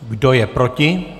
Kdo je proti?